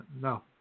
no